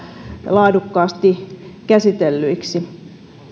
laadukkaasti käsittelyiksi